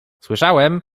słyszałem